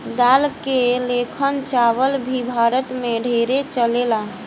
दाल के लेखन चावल भी भारत मे ढेरे चलेला